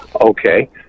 Okay